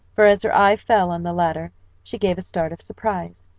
for as her eye fell on the latter she gave a start of surprise.